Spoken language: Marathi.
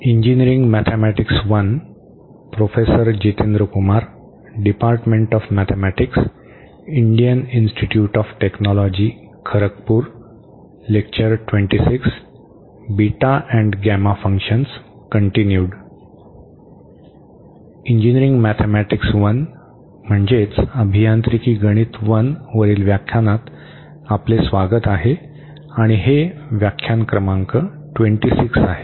इंजिनियरिंग मॅथेमॅटिक्स I म्हणजे अभियांत्रिकी गणित 1 वरील व्याख्यानात आपले स्वागत आहे आणि हे व्याख्यान क्रमांक 26 आहे